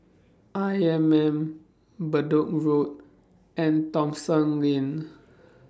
I M M Bedok Road and Thomson Lane